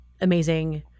amazing